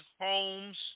homes